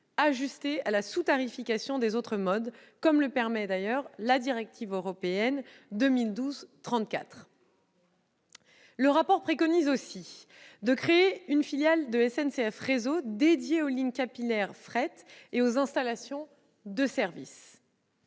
ajusté à la sous-tarification des autres modes, comme le permet d'ailleurs la directive européenne 2012/34/UE. L'auteur du rapport préconise aussi de créer une filiale de SNCF Réseau dédiée aux lignes capillaires de fret et aux installations de service.